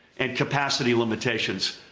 and capacity limitations.